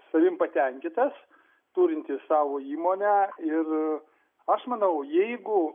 savim patenkintas turintis savo įmonę ir aš manau jeigu